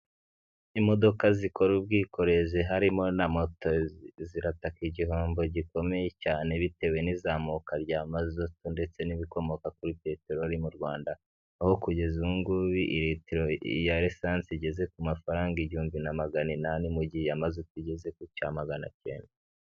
Imodoka zikora ubwikorezi harimo na moto, zirataka igihombo gikomeye cyane bitewe n'izamuka rya mazutu ndetse n'ibikomoka kuri peteroli mu Rwanda aho kugeza ubu ngubu ilitiro ya lisansi igeze ku mafaranga igihumbi na magana inani, mu gihe iya mazutu igeze ku cyamana icyenda.